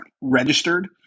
registered